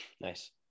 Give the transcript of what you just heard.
Nice